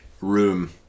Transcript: room